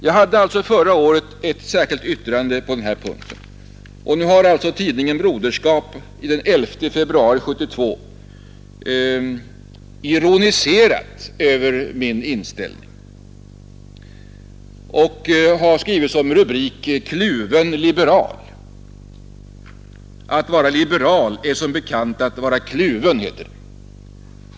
Jag hade alltså förra året ett särskilt yttrande på denna punkt, och nu har tidningen Broderskap av den 11 februari 1972 ironiserat över min inställning och skrivit som rubrik ”Kluven liberal”. ”Att vara liberal är som bekant att vara kluven”, heter det.